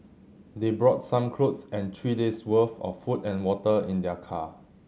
they brought some clothes and three days' worth of food and water in their car